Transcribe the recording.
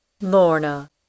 Lorna